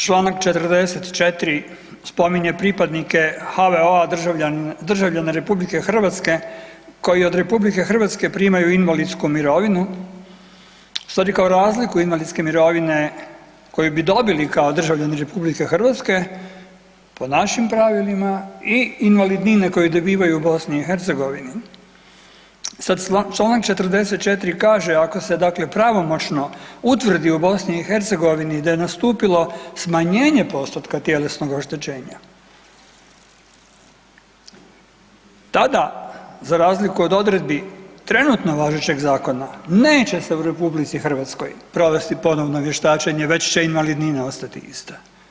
Čl. 44. spominje pripadnike HVO-a državljana RH koji od RH primaju invalidsku mirovinu, u stvari kao razliku invalidske mirovine koju bi dobili kao državljani RH po našim pravilima i invalidnine koju dobivaju u BiH, sad čl. 44. kaže ako se dakle pravomoćno utvrdi u BiH da je nastupilo smanjenje postotka tjelesnog oštećenja tada za razliku od odredbi trenutno važećeg zakona neće se u RH provesti ponovno vještačenje već će invalidnina ostati ista.